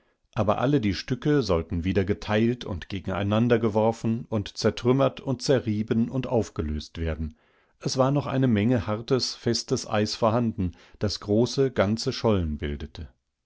aber alle die stücke sollten wieder geteilt und gegeneinander geworfen und zertrümmert und zerrieben und aufgelöst werden es war noch eine menge hartes festes eis vorhanden das große ganzeschollenbildete